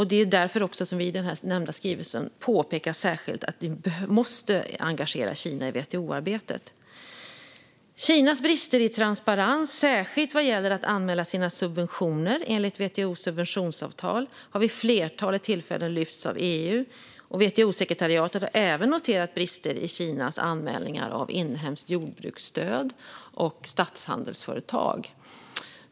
Det är också därför vi i den nämnda skrivelsen särskilt påpekar att vi måste engagera Kina i WTO-arbetet. Kinas brister i transparens, särskilt vad gäller att i enlighet med WTO:s subventionsavtal anmäla sina subventioner, har vid ett flertal tillfällen lyfts av EU. WTO-sekretariatet har även noterat brister i Kinas anmälningar av inhemskt jordbruksstöd och statshandelsföretag.